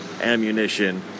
ammunition